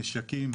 נשקים,